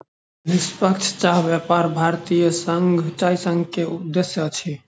निष्पक्ष चाह व्यापार भारतीय चाय संघ के उद्देश्य अछि